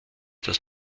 das